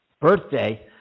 birthday